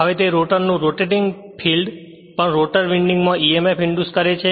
હવે તે રોટર નું રોટેટિંગ ફીલ્ડ પણ રોટર વિન્ડિંગ માં emf ઇંડ્યુસ કરે છે